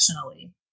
professionally